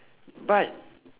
but